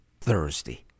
Thursday